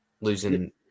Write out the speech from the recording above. Losing